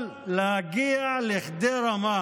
אבל להגיע לכדי רמה